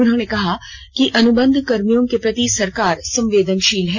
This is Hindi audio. उन्होंने कहा कि अनुबंधकर्मियों के प्रति सरकार संवेदनशील है